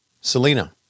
Selena